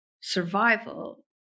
survival